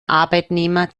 arbeitnehmer